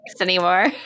anymore